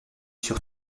sur